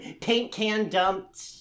paint-can-dumped